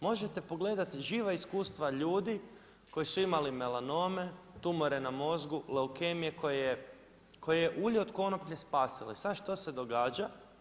Možete pogledati živa iskustva ljudi koji su imali melanome, tumore na mozgu, leukemije koje je ulje od konoplje spasilo i sad što se događa?